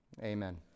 Amen